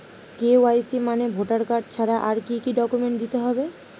KYC মানে voter card ছাড়া আর কি কি ডকুমেন্ট দিতে হবে?